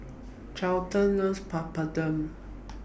Charlton loves Papadum